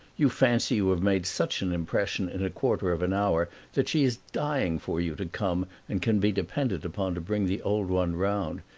you fancy you have made such an impression in a quarter of an hour that she is dying for you to come and can be depended upon to bring the old one round.